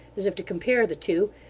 as if to compare the two,